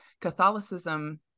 Catholicism